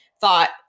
thought